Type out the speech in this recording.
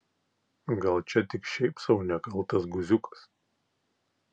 gal čia tik šiaip sau nekaltas guziukas